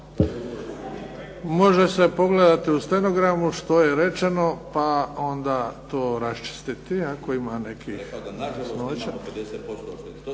Može se pogledati u stenogramu što je rečeno, pa onda to raščistiti ako ima nekakvih nejasnoća.